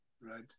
right